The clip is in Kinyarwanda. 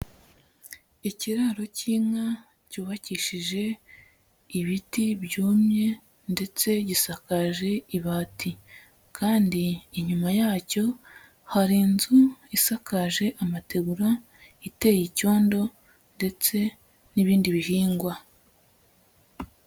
Ikiraro k'inka cyubakishije ibiti byumye ndetse gisakaje ibati kandi inyuma yacyo hari inzu isakaje amategura, iteye icyondo ndetse n'ibindi bihingwa.